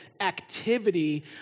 activity